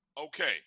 okay